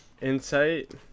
insight